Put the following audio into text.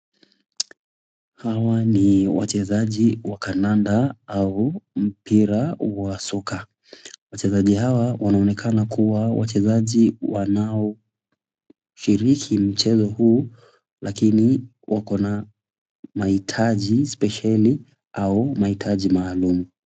Hawa ni wachezaji wa kandanda au mpira wa soka. Wachezaji hawa wanaonekana kuwa wachezaji wanaoshiriki mchezo huu lakini wako na mahitaji spesheli au mahitaji maalum.